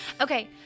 okay